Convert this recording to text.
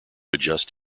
adjust